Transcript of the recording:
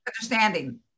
understanding